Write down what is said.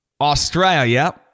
Australia